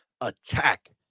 attack